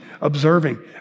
observing